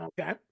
Okay